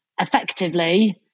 effectively